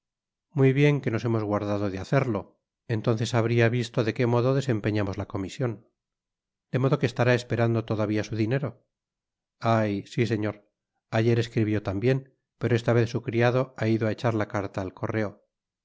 muy bien que nos hemos guardado de hacerlo entonces habria visto de qué modo desempeñamos la comision de modo que estará esperando todavía su dinero ay si señor ayer escribió tambien pero esta vez su criado ha ido á echar la carta al correo